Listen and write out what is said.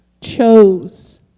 chose